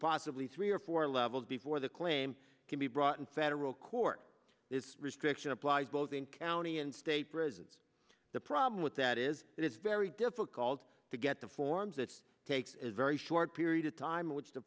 possibly three or four levels before the claim can be brought in federal court this restriction applies both in county and state prisons the problem with that is that it's very difficult to get the forms it takes is a very short period of time which the